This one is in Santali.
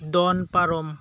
ᱫᱚᱱ ᱯᱟᱨᱚᱢ